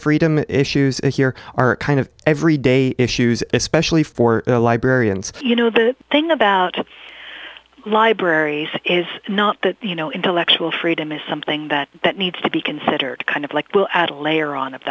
freedom issues here are kind of everyday issues especially for librarians you know the thing about libraries is not that the you know intellectual freedom is something that that needs to be considered kind of like will add a layer on